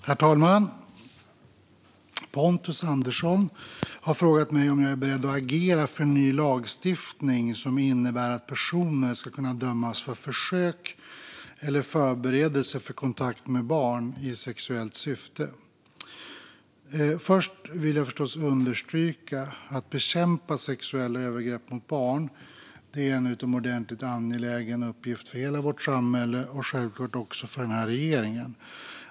Herr talman! Pontus Andersson har frågat mig om jag är beredd att agera för ny lagstiftning som innebär att personer ska kunna dömas för försök till eller förberedelse för kontakt med barn i sexuellt syfte. Först vill jag understryka att bekämpandet av sexuella övergrepp mot barn är en utomordentligt angelägen uppgift för hela vårt samhälle och självklart också för regeringen.